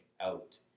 out